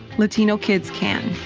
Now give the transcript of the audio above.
latino kids can